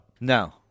No